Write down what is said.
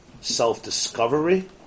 self-discovery